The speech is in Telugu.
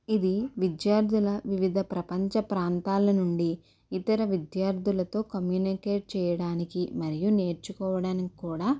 ఇది విద్యార్థుల వివిధ ప్రపంచ ప్రాంతాల నుండి ఇతర విద్యార్థులతో కమ్యూనికేట్ చేయడానికి మరియు నేర్చుకోవడానికి కూడా